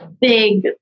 big